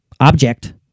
object